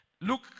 Look